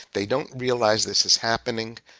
they don't realize this is happening,